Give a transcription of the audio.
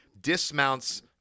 dismounts